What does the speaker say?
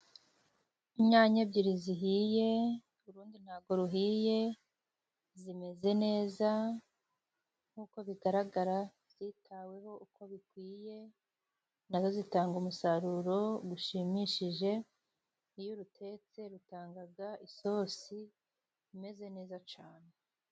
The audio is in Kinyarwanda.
Inyanya ebyiri zihiye, urundi ntabwo ruhiye, zimeze neza. Nk'uko bigaragara zitaweho uko bikwiye na zo zitanga umusaruro ushimishije. Iyo urutetse rutanga isosi imeze neza cyane.